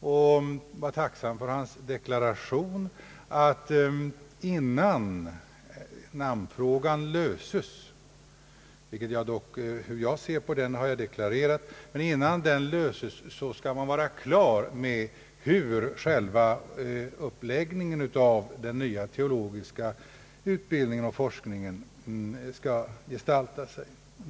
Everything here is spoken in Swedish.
Jag är tacksam för hans deklaration att innan namnfrågan löses skall man vara klar med hur själva uppläggningen av den nya teologiska utbildningen och forskningen skall gestalta sig.